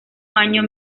año